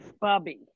bobby